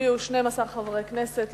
הצביעו 12 חברי כנסת,